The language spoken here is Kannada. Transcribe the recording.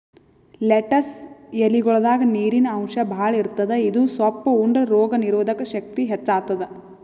ಲೆಟ್ಟಸ್ ಎಲಿಗೊಳ್ದಾಗ್ ನೀರಿನ್ ಅಂಶ್ ಭಾಳ್ ಇರ್ತದ್ ಇದು ಸೊಪ್ಪ್ ಉಂಡ್ರ ರೋಗ್ ನೀರೊದಕ್ ಶಕ್ತಿ ಹೆಚ್ತಾದ್